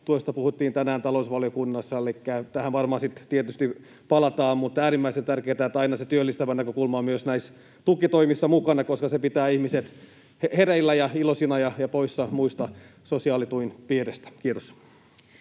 puhuttiin tänään talousvaliokunnassa. Tähän varmaan sitten tietysti palataan, mutta on äärimmäisen tärkeätä, että aina se työllistävä näkökulma on myös näissä tukitoimissa mukana, koska se pitää ihmiset hereillä ja iloisina ja poissa sosiaalituen piiristä. — Kiitos.